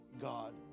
God